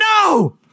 no